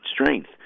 strength